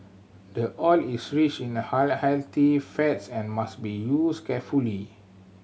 the oil is rich in fats and must be used carefully